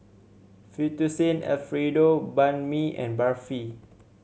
Fettuccine Alfredo Banh Mi and Barfi